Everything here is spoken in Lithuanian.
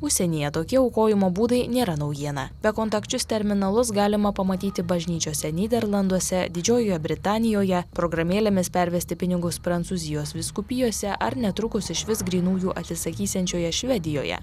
užsienyje tokie aukojimo būdai nėra naujiena bekontakčius terminalus galima pamatyti bažnyčiose nyderlanduose didžiojoje britanijoje programėlėmis pervesti pinigus prancūzijos vyskupijose ar netrukus iš vis grynųjų atsisakysiančioje švedijoje